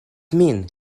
min